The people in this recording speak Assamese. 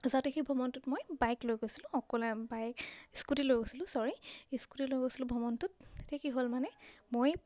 যাওঁতে সি ভ্ৰমণটোত মই বাইক লৈ গৈছিলোঁ অকলে বাইক স্কুটি লৈ গৈছিলোঁ চৰী স্কুটি লৈ গৈছিলোঁ ভ্ৰমণটোত তেতিয়া কি হ'ল মানে মই